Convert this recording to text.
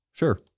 Sure